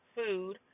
food